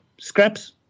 scraps